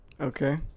Okay